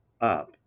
up